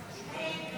הסתייגות 27